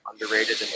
underrated